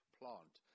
plant